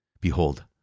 Behold